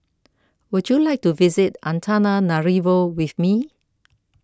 would you like to visit Antananarivo with me